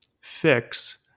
fix